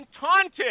taunted